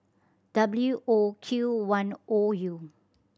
W O Q one O U